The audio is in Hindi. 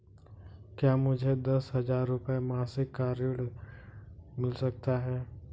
क्या मुझे दस हजार रुपये मासिक का ऋण मिल सकता है?